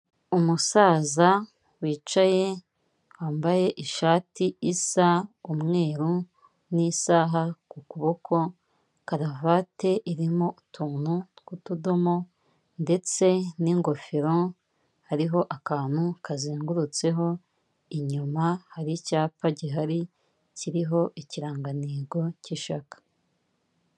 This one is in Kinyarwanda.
Umusaza wicaye, ambaye ishati isa umweru n'isaha ku kuboko, karavati irimo utuntu tw'utudomo ndetse n'ingofero, hariho akantu kazengurutseho, inyuma hari icyapa gihari kiriho ikirangantego k'ishyaka.